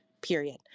period